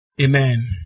Amen